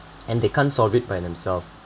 and they can't solve it by themselves